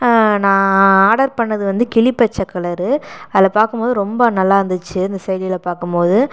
நான் ஆர்டர் பண்ணது வந்து கிளி பச்சை கலரு அதில் பார்க்கும்போது ரொம்ப நல்லாயிருந்துச்சி இந்த செயலியில பார்க்கும்போது